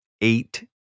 eight